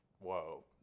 whoa